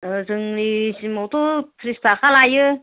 जोंनि सिमावथ' थ्रिस थाखा लायो